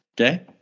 Okay